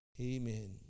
Amen